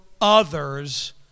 others